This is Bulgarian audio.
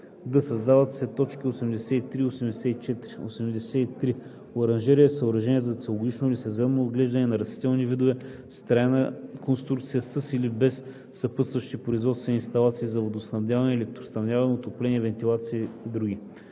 д) създават се т. 83 и 84: „83. „Оранжерия“ е съоръжение за целогодишно или сезонно отглеждане на растителни видове, с трайна конструкция, със или без съпътстващи производствени инсталации за водоснабдяване, електроснабдяване, отопление, вентилация и др.